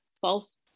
false